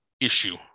issue